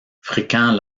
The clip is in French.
fréquents